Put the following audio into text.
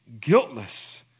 guiltless